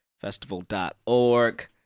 festival.org